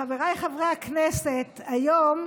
חבריי חברי הכנסת, היום